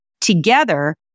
together